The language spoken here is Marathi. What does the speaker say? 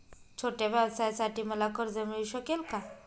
छोट्या व्यवसायासाठी मला कर्ज मिळू शकेल का?